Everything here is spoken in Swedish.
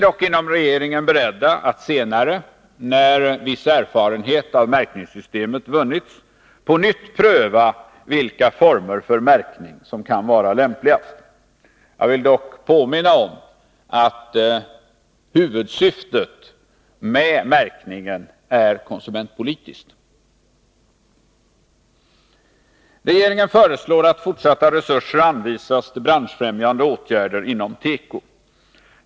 Regeringen är dock beredd att senare, när viss erfarenhet av märkningssystemet vunnits, på nytt pröva vilka former för märkning som kan vara lämpligast. Jag vill dock påminna om att huvudsyftet med märkningen är konsumentpolitiskt. Regeringen föreslår att fortsatta resurser anvisas till branschfrämjande åtgärder inom teko.